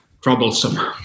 troublesome